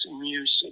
music